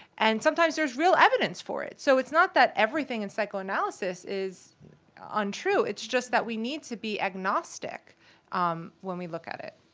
and sometimes there's real evidence for it. so it's not that everything in psychoanalysis is untrue. it's just that we need to be agnostic um when we look at it.